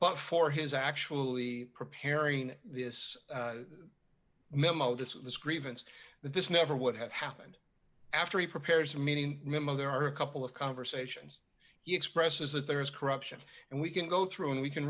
but for his actually preparing this memo this was this grievance that this never would have happened after he prepares a meeting there are a couple of conversations you express is that there is corruption and we can go through and we can